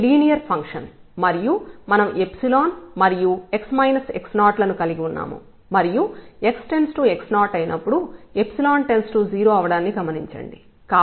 ఇది linear function మరియు మనం ϵ మరియు x x0 లను కలిగి ఉన్నాము మరియు x→x0 అయినప్పుడు ϵ→0 అవ్వడాన్ని గమనించండి